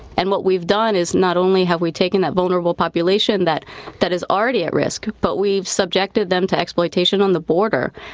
and what we've done is not only have we taken that vulnerable population that that is already at risk, but we've suggested them to exploitation on the border.